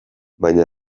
baina